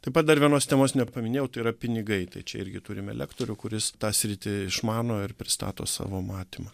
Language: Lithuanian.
taip pat dar vienos temos nepaminėjau tai yra pinigai tai čia irgi turime lektorių kuris tą sritį išmano ir pristato savo matymą